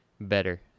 better